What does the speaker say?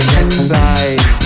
inside